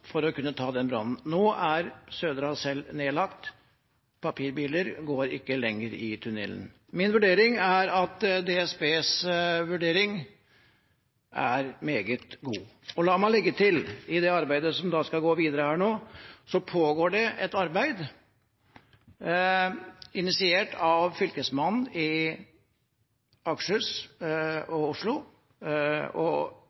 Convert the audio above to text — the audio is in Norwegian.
for å kunne ta den brannen. Nå er Södra Cell nedlagt, papirbiler går ikke lenger i tunnelen. Min vurdering er at DSBs vurdering er meget god. La meg legge til at i det arbeidet som nå skal gå videre, pågår det et arbeid initiert av fylkesmannen i Akershus og